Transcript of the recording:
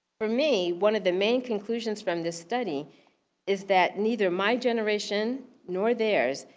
for me, one of the main conclusions from this study is that neither my generation, nor theirs,